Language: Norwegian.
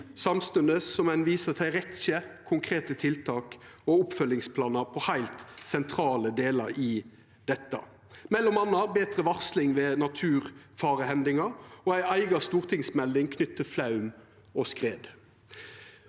samstundes som ein viser til ei rekkje konkrete tiltak og oppfølgingsplanar på heilt sentrale delar av dette, m.a. betre varsling ved naturfarehendingar og ei eiga stortingsmelding knytt til flaum og skred.